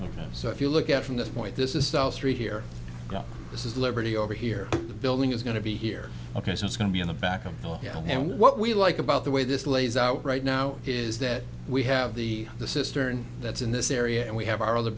next so if you look at from this point this is south street here this is the liberty over here the building is going to be here ok so it's going to be in the back and well yeah and what we like about the way this lays out right now is that we have the the cistern that's in this area and we have our other